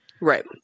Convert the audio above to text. Right